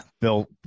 Bill